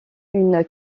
une